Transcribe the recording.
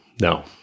No